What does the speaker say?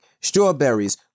strawberries